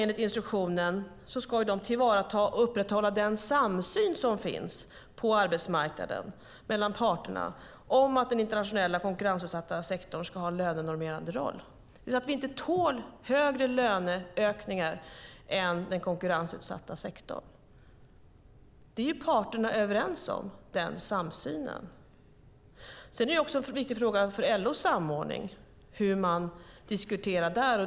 Enligt instruktionen ska de tillvarata och upprätthålla den samsyn som finns på arbetsmarknaden mellan parterna om att den internationella konkurrensutsatta sektorn ska ha en lönenormerande roll och att vi inte tål högre löneökningar än den konkurrensutsatta sektorn. Den samsynen är parterna överens om. Det är också en viktig fråga för LO:s samordning hur man diskuterar där.